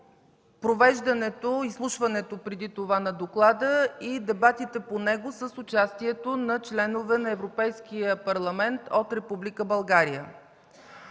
провеждането, изслушването преди това на доклада, на дебатите по него с участието на членове на Европейския парламент от Република България.